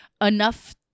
enough